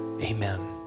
Amen